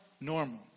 normal